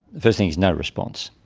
first thing is no response.